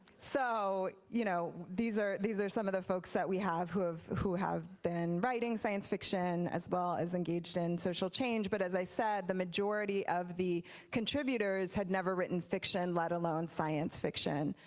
so you know these are these are some of the folks that we have who have who have been writing science fiction as well as engaged in social change, but as i said, the majority of contributors have never written fiction, let alone science fiction.